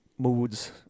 moods